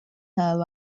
her